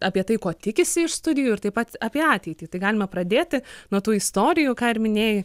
apie tai ko tikisi iš studijų ir taip pat apie ateitį tai galima pradėti nuo tų istorijų ką ir minėjai